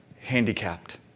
handicapped